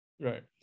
Right